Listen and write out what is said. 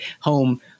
Home